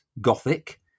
Gothic